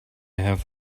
have